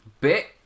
bit